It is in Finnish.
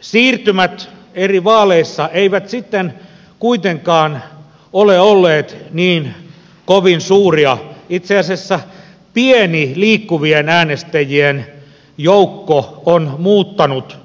siirtymät eri vaaleissa eivät sitten kuitenkaan ole olleet niin kovin suuria itse asiassa pieni liikku vien äänestäjien joukko on muuttanut